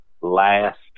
last